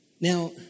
Now